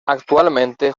actualmente